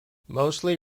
mostly